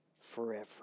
forever